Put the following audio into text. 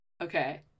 Okay